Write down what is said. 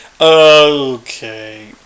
Okay